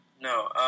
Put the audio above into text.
No